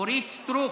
אורית סטרוק,